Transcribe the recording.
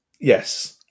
Yes